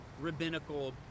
rabbinical